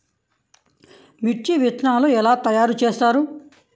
మిర్చి విత్తనాలు ఎలా తయారు చేస్తారు?